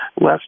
less